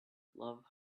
love